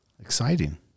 exciting